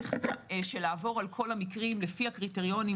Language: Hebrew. בתהליך של לעבור על כל המקרים לפי הקריטריונים,